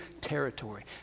territory